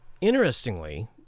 Interestingly